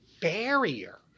barrier